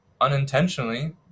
unintentionally